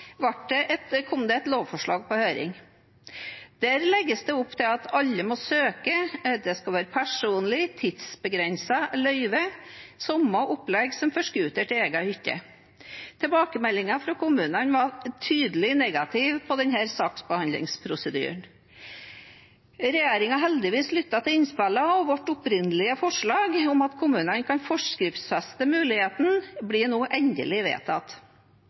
kom det et lovforslag på høring. Der legges det opp til at alle må søke, det skal være personlig, tidsbegrenset løyve, samme opplegg som for scooter til egen hytte. Tilbakemeldingen fra kommunene var tydelig negativ på denne saksbehandlingsprosedyren. Regjeringen har heldigvis lyttet til innspillene, og vårt opprinnelige forslag om at kommunene kan forskriftsfeste muligheten, blir nå endelig vedtatt.